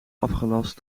afgelast